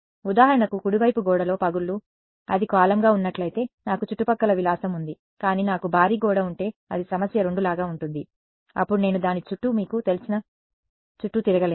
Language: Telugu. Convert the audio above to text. ఉదాహరణకు కుడివైపు గోడలో పగుళ్లు అది కాలమ్గా ఉన్నట్లయితే నాకు చుట్టుపక్కల విలాసం ఉంది కానీ నాకు భారీ గోడ ఉంటే అది సమస్య 2 లాగా ఉంటుంది అప్పుడు నేను దాని చుట్టూ మీకు తెలిసిన చుట్టూ తిరగలేను